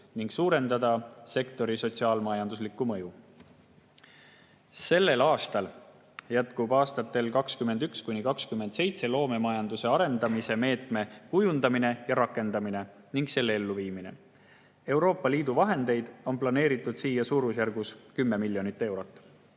ning suurendada sektori sotsiaal-majanduslikku mõju. Sellel aastal jätkub aastate 2021–2027 loomemajanduse arendamise meetme kujundamine ja rakendamine ning selle elluviimine. Euroopa Liidu vahendeid on planeeritud siia umbes 10 miljoni euro